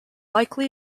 likely